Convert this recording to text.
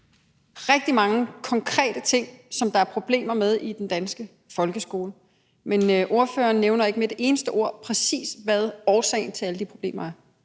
rigtig mange konkrete ting, som der er problemer med i den danske folkeskole, men ordføreren nævner ikke med et eneste ord, præcis hvad årsagen til alle de problemer er.